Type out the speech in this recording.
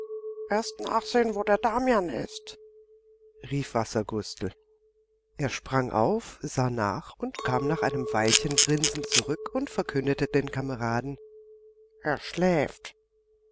erst nachsehen wo der damian ist rief wassergustel er sprang auf sah nach und kam nach einem weilchen grinsend zurück und verkündete den kameraden er schläft